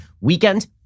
weekend